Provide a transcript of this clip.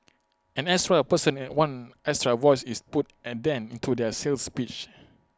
an extra person is one extra voice is put A dent into their sales pitch